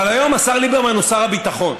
אבל היום השר ליברמן הוא שר הביטחון.